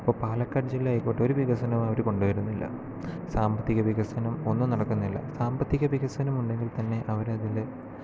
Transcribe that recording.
ഇപ്പോൾ പാലക്കാട് ജില്ല ആയിക്കോട്ടെ ഒരു വികസനവും അവർ കൊണ്ടുവരുന്നില്ല സാമ്പത്തിക വികസനം ഒന്നും നടക്കുന്നില്ല സാമ്പത്തിക വികസനം ഉണ്ടെങ്കിൽ തന്നെ അവരതിന്റെ